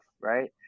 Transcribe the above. right